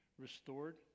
restored